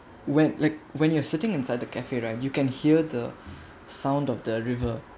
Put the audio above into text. when like when you are sitting inside the cafe right you can hear the sound of the river